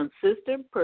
consistent